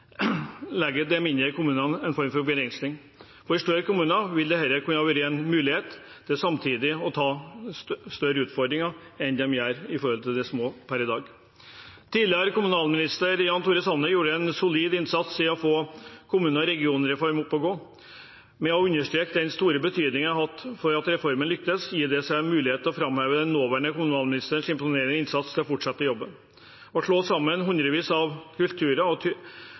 legger de mindre kommunene en form for begrensning. I større kommuner ville dette kunne være en mulighet til samtidig å ta større utfordringer enn de gjør i forhold til de små per i dag. Tidligere kommunalminister Jan Tore Sanner gjorde en solid innsats i å få kommune- og regionreformen opp å gå. Med å understreke den store betydningen han har hatt for at reformen lyktes, gir det seg en mulighet til å framheve den nåværende kommunalministerens imponerende innsats i å fortsette jobben. Å slå sammen hundrevis av kulturer og